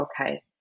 okay